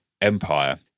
empire